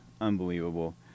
unbelievable